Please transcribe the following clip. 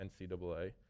NCAA